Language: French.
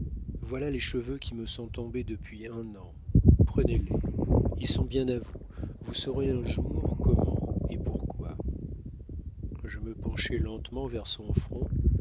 voilà les cheveux qui me sont tombés depuis un an prenez-les ils sont bien à vous vous saurez un jour comment et pourquoi je me penchai lentement vers son front